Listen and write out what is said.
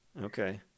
Okay